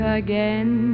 again